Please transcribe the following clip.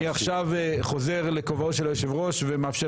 אני עכשיו חוזר לכובעו של היושב ראש ומאפשר